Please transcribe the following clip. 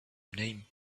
name